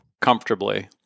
comfortably